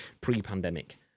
pre-pandemic